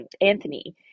Anthony